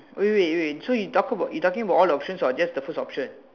wait wait wait wait you talk about you talking about all the option or just the first option